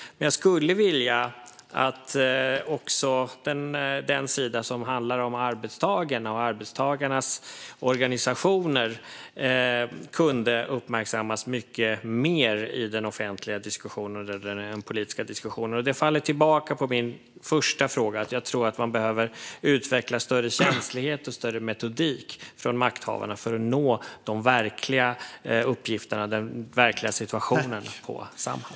Jag skulle dock vilja att den sida som handlar om arbetstagaren och arbetstagarnas organisationer kunde uppmärksammas mycket mer i den offentliga och den politiska diskussionen. Det för mig tillbaka till min första fråga. Jag tror att man behöver utveckla större känslighet och större metodik från makthavarna för att nå de verkliga uppgifterna och den verkliga situationen på Samhall.